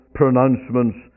pronouncements